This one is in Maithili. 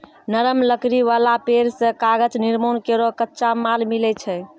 नरम लकड़ी वाला पेड़ सें कागज निर्माण केरो कच्चा माल मिलै छै